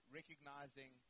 recognizing